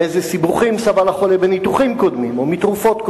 מאילו סיבוכים סבל החולה בניתוחים קודמים או מתרופות קודמות.